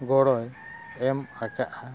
ᱜᱚᱲᱚᱭ ᱮᱢ ᱟᱠᱟᱫᱼᱟ